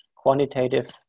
Quantitative